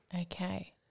Okay